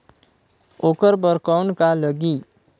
ओकर बर कौन का लगी?